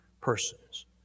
persons